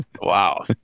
wow